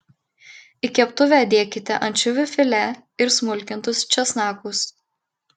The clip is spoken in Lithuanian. į keptuvę dėkite ančiuvių filė ir smulkintus česnakus